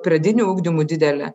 pradiniu ugdymu didelė